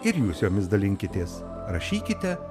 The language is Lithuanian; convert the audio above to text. ir jūs jomis dalinkitės rašykite